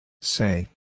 Say